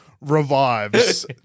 revives